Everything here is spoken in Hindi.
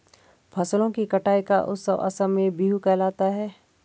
फसलों की कटाई का उत्सव असम में बीहू कहलाता है